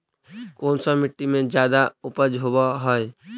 कोन सा मिट्टी मे ज्यादा उपज होबहय?